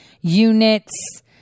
units